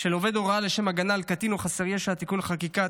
של עובד הוראה לשם הגנה על קטין או חסר ישע (תיקוני חקיקה),